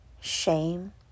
shame